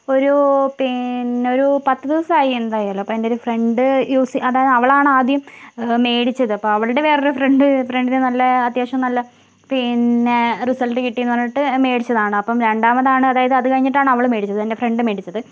ഒരു പിന്നെ ഒരു പത്ത് ദിവസമായി എന്തായാലും അപ്പ എൻറ്റൊരു ഫ്രണ്ട് യൂസ് അതായത് അവളാണ് ആദ്യം മേടിച്ചത് അപ്പം അവളുടെ വേറൊരു ഫ്രണ്ട് ഫ്രണ്ടിന് നല്ല അത്യാവശ്യം നല്ല പിന്നെ റിസൾട്ട് കിട്ടീന്ന് പറഞ്ഞിട്ട് മേടിച്ചതാണ് അപ്പം രണ്ടാമതാണ് അതായത് അത് കഴിഞ്ഞിട്ടാണ് അവള് മേടിച്ചത് എൻ്റെ ഫ്രണ്ട് മേടിച്ചത്